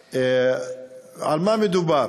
על מה מדובר?